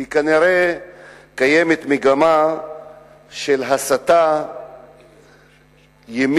כי כנראה קיימת מגמה של הסטה ימינה